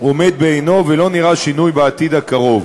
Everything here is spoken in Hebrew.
עומד בעינו ולא נראה שינוי בעתיד הקרוב.